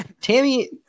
Tammy